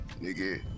Nigga